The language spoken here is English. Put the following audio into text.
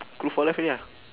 crew for life already ah